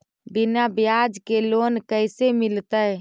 बिना ब्याज के लोन कैसे मिलतै?